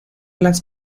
las